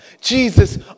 Jesus